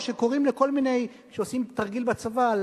או שכשעושים תרגיל בצבא,